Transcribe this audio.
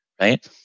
right